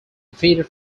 defeated